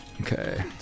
Okay